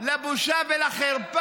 לב לבושה ולחרפה.